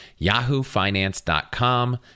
yahoofinance.com